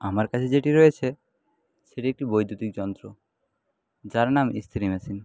আমার কাছে যেটি রয়েছে সেটি একটি বৈদ্যুতিক যন্ত্র যার নাম ইস্ত্রি মেশিন